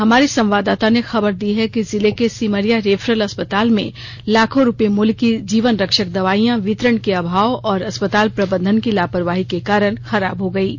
हमारे संवाददाता ने खबर दी है कि जिले के सिमरिया रेफरल अस्पताल में लाखो रूपये मूल्य की जीवन रक्षक दवाइयां वितरण के अभाव और अस्पताल प्रबंधन की लापरवाही के कारण खराब हो गयीं